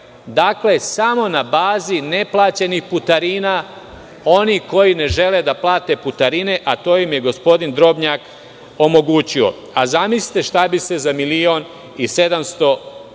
evra. Samo na bazi neplaćenih putarina, oni koji ne žele da plate putarine, a to im je gospodin Drobnjak omogućio. Zamislite šta bi se za milion i 700